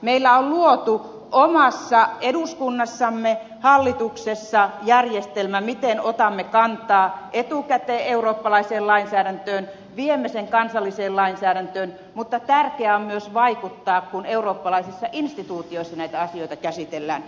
meillä on luotu omassa eduskunnassamme hallituksessa järjestelmä miten otamme kantaa etukäteen eurooppalaiseen lainsäädäntöön viemme sen kansalliseen lainsäädäntöön mutta tärkeää on myös vaikuttaa kun eurooppalaisissa instituutioissa näitä asioita käsitellään